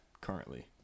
currently